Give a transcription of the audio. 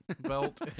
belt